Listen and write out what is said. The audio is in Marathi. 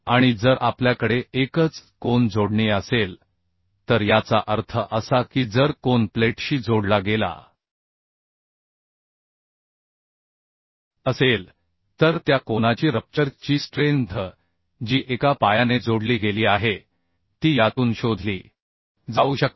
आणि जर आपल्याकडे एकच कोन जोडणी असेल तर याचा अर्थ असा की जर कोन प्लेटशी जोडला गेला असेल तर त्या कोनाची रप्चर ची स्ट्रेंथ जी एका पायाने जोडली गेली आहे ती यातून शोधली जाऊ शकते